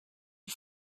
die